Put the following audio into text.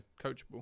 coachable